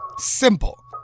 simple